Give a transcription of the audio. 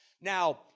Now